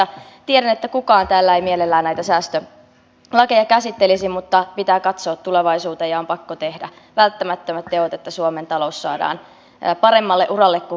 tiedän että kukaan täällä ei mielellään näitä säästölakeja käsittelisi mutta pitää katsoa tulevaisuuteen ja on pakko tehdä välttämättömät teot että suomen talous saadaan paremmalle uralle kuin kreikassa